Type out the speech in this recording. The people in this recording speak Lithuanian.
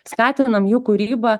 skatinam jų kūrybą